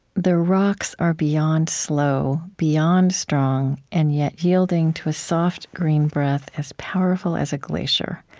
the rocks are beyond slow, beyond strong, and yet, yielding to a soft, green breath as powerful as a glacier,